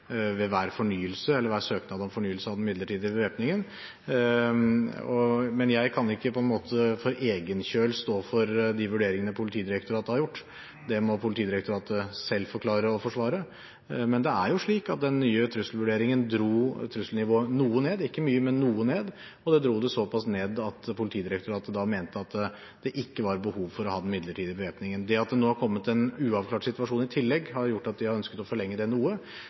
ved hver søknad om fornyelse av den midlertidige bevæpningen. Men jeg kan ikke for egen kjøl stå for de vurderingene Politidirektoratet har gjort. Det må Politidirektoratet selv forklare og forsvare. Men det er jo slik at den nye trusselvurderingen dro trusselnivået ikke mye, men noe ned. Den dro det såpass ned at Politidirektoratet da mente at det ikke var behov for å ha den midlertidige bevæpningen. Det at det nå har kommet en uavklart situasjon i tillegg, har gjort at vi har ønsket å forlenge den noe. Jeg forutsetter at de benytter fullmakten til å ta bevæpningen ned når de mener at det